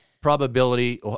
Probability